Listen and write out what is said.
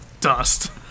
dust